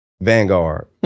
Vanguard